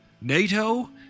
NATO